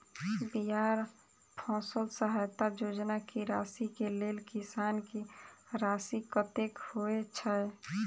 बिहार फसल सहायता योजना की राशि केँ लेल किसान की राशि कतेक होए छै?